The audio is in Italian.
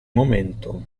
momento